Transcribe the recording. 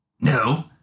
No